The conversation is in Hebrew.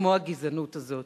כמו הגזענות הזאת